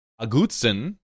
Agutzen